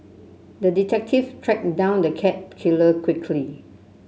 the detective tracked down the cat killer quickly